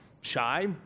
shy